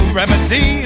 remedy